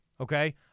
Okay